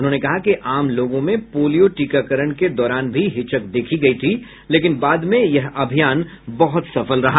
उन्होंने कहा कि आम लोगों में पोलियो टीकाकरण के दौरान भी हिचक देखी गई थी लेकिन बाद में यह अभियान बहुत सफल रहा